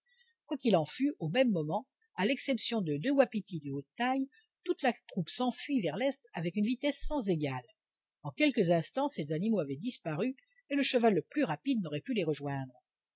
qu'il en fût au même moment à l'exception de deux wapitis de haute taille toute la troupe s'enfuit vers l'est avec une vitesse sans égale en quelques instants ces animaux avaient disparu et le cheval le plus rapide n'aurait pu les rejoindre